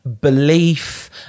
belief